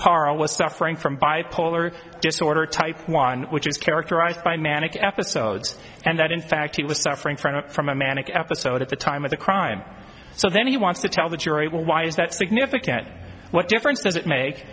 parra was suffering from bipolar disorder type one which is characterized by manic episodes and that in fact he was suffering from a from a manic episode at the time of the crime so then he wants to tell the jury well why is that significant what difference does it make